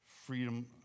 Freedom